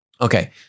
Okay